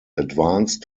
advance